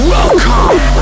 Welcome